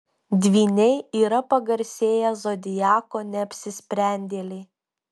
dvyniai yra pagarsėję zodiako neapsisprendėliai